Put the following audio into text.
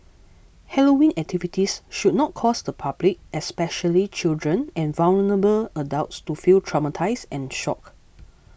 Halloween activities should not cause the public especially children and vulnerable adults to feel traumatised and shocked